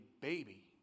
baby